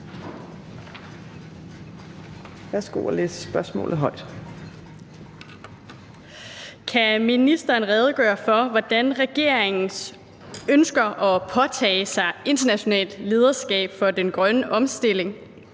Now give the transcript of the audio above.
Kan ministeren redegøre for, hvordan regeringens ønske om at påtage sig et internationalt lederskab for den grønne omstilling